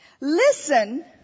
listen